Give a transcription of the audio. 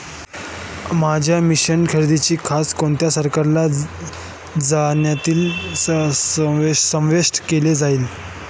माझ्या मशीन्स खरेदीचा खर्च कोणत्या सरकारी योजनेत समाविष्ट केला जाईल?